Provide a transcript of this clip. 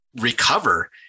recover